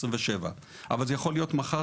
1927. אבל זה יכול להיות מחר,